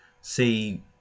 see